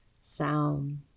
sound